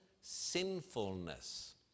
sinfulness